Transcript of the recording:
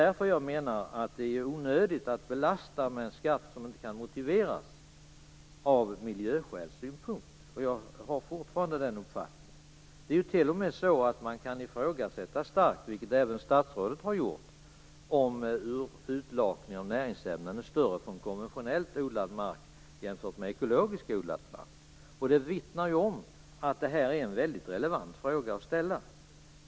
Därför menar jag att det är onödigt att belasta med en skatt som inte kan motiveras av miljöskäl. Jag har fortfarande den uppfattningen. Det är t.o.m. så att man starkt kan ifrågasätta, vilket även statsrådet har gjort, om utlakningen av näringsämnen är större från konventionellt odlad mark än från ekologiskt odlad mark. Det vittnar om att det är en relevant fråga.